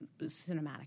cinematic